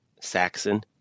Saxon